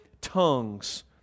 tongues